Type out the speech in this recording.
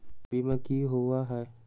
बीमा की होअ हई?